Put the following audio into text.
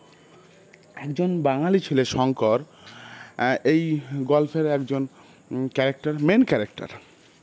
একজন বাঙালি ছেলে শঙ্কর অ্যা এই গল্পের একজন ক্যারেক্টার মেন ক্যারেক্টার